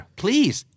please